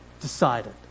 decided